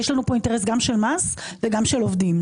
יש לנו כאן אינטרס גם של מס וגם של עובדים,